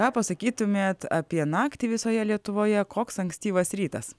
ką pasakytumėte apie naktį visoje lietuvoje koks ankstyvas rytas